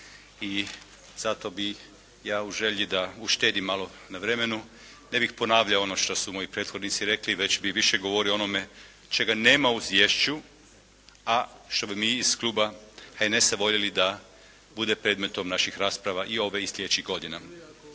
i zato bih ja u želji da uštedim malo na vremenu ne bih ponavljao ono što su moji prethodnici rekli već bih više govorio o onome čega nema u izvješću, a što bi mi iz kluba HNS-a voljeli da bude predmetom naših rasprava i ove i slijedećih godina,